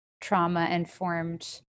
trauma-informed